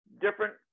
different